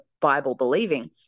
Bible-believing